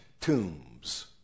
tombs